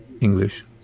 English